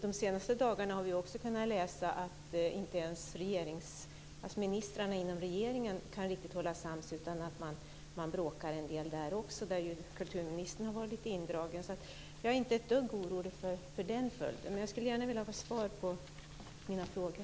De senaste dagarna har vi ju också kunnat läsa att inte ens ministrarna inom regeringen riktigt kan hålla sams, utan att man bråkar en del där också. Där har ju kulturministern varit lite indragen. Så jag är inte ett dugg orolig för den följden. Man jag skulle gärna vilja få svar på mina frågor.